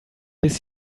bis